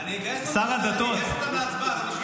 אני אגייס אותם להצבעה.